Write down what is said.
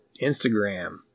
instagram